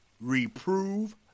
reprove